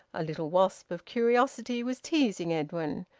a little wasp of curiosity was teasing edwin,